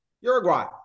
Uruguay